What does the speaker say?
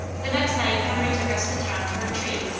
the next night henry took us to town for a treat,